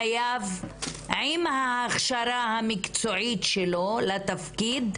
חייב עם ההכשרה המקצועית שלו לתפקיד,